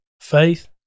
Faith